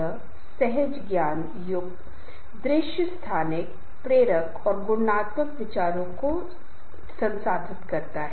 यह संगठन द्वारा एक अनिर्दिष्ट समय सीमा के भीतर विशिष्ट लक्ष्यों को पूरा करने के लिए बनाया गया है